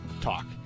talk